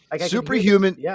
Superhuman